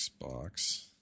Xbox